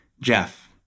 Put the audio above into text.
Jeff